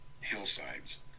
hillsides